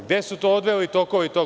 Gde su to odveli tokovi tog